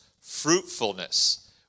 fruitfulness